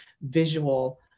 visual